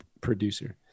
producer